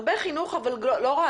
הרבה חינוך, אבל לא רק.